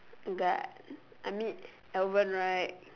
that I mean haven't right